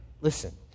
listen